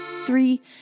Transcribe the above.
three